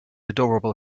adorable